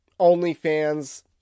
OnlyFans